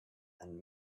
and